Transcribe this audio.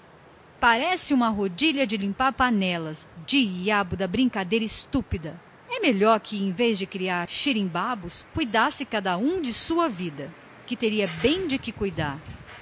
parece uma rodinha de limpar panelas diabo da brincadeira estúpida também em vez de criar xirimbabos seria melhor que cada um cuidasse de sua vida que teria muito do que cuidar